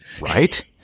Right